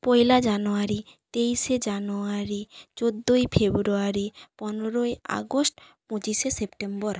পয়লা January তেইশে January চৌদ্দই February পনেরোই আগস্ট পঁচিশে সেপ্টেম্বর